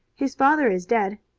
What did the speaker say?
his father is dead.